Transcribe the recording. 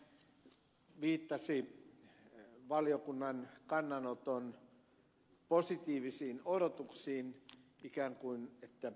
pulliainen viittasi niihin valiokunnan kannanoton positiivisiin odotuksiin että taloustilanne olisi nyt ikään kuin helpottumassa